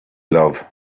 love